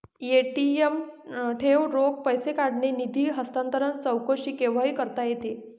ATM ठेव, रोख पैसे काढणे, निधी हस्तांतरण, चौकशी केव्हाही करता येते